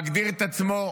מגדיר את עצמו,